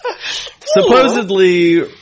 Supposedly